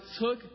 took